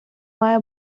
має